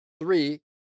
Three